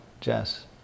Jess